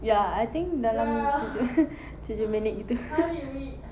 ya I think dalam tujuh tujuh minit gitu